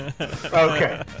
Okay